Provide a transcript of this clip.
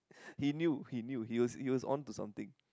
he knew he knew he was he was on to something